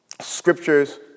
scriptures